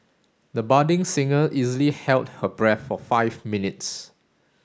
the budding singer easily held her breath for five minutes